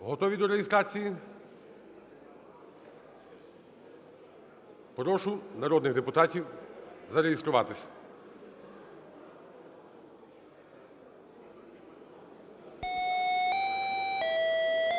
Готові до реєстрації? Прошу народних депутатів зареєструватись.